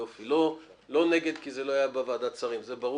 לא נגד כי זה לא היה בוועדה שרים, זה ברור.